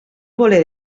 voler